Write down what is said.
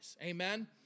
Amen